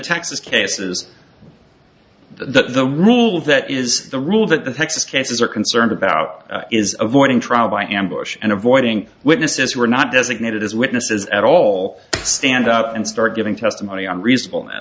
texas cases the rule that is the rule that the texas cases are concerned about is avoiding trial by ambush and avoiding witnesses who are not designated as witnesses at all stand up and start giving testimony on reasonable